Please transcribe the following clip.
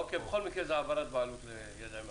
בכל מקרה זאת העברת בעלות לידיים אחרות.